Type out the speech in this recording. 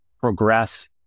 progress